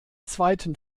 zweiten